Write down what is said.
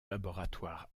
laboratoire